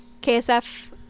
KSF